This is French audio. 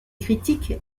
critiques